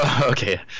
Okay